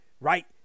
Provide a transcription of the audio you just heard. right